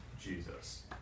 Jesus